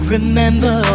Remember